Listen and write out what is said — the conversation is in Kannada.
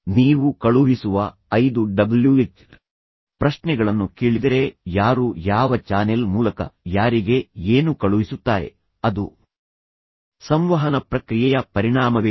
ನೀವು ಕಳುಹಿಸುವ ಐದು ಡಬ್ಲ್ಯುಎಚ್ ಪ್ರಶ್ನೆಗಳನ್ನು ಕೇಳಿದರೆ ಯಾರು ಯಾವ ಚಾನೆಲ್ ಮೂಲಕ ಯಾರಿಗೆ ಏನು ಕಳುಹಿಸುತ್ತಾರೆ ಅದು ಸಂವಹನ ಪ್ರಕ್ರಿಯೆಯ ಪರಿಣಾಮವೇನು